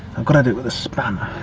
i've got to do it with a spanner